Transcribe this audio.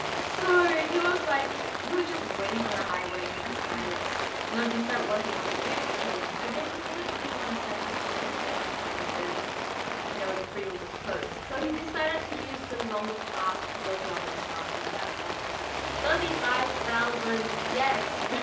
so, he was like he was just waiting on a highway and decided you know decide what he wanted to do because i guess he didn't really want to send us to tokyo at that point because you know, the freeway was closed. so he decided to use the longer path to go to a hotel and that cost us thirty five thousand yen.